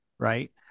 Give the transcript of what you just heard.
Right